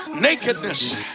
nakedness